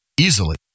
easily